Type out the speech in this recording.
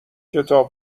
کتاب